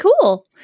cool